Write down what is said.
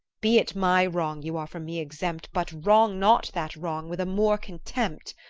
be it my wrong you are from me exempt, but wrong not that wrong with a more contempt.